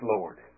Lord